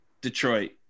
Detroit